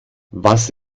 was